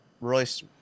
Royce